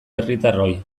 herritarroi